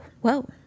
whoa